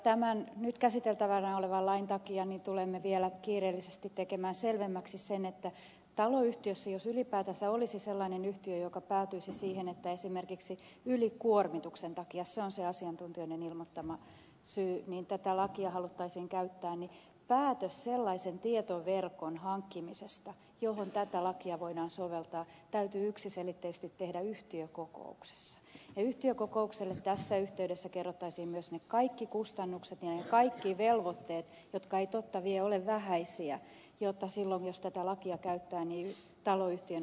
tämän nyt käsiteltävänä olevan lain takia tulemme vielä kiireellisesti tekemään selvemmäksi sen että jos taloyhtiössä jos ylipäätänsä olisi sellainen yhtiö joka päätyisi siihen että esimerkiksi ylikuormituksen takia se on se asiantuntijoitten ilmoittama syy tätä lakia haluttaisiin käyttää niin päätös sellaisen tietoverkon hankkimisesta johon tätä lakia voidaan soveltaa täytyy yksiselitteisesti tehdä yhtiökokouksessa ja yhtiökokoukselle tässä yhteydessä kerrottaisiin myös ne kaikki kustannukset ja ne kaikki velvoitteet jotka eivät totta vie ole vähäisiä silloin jos tätä lakia käyttää niin taloyhtiön on ne täytettävä